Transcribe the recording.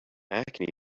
acne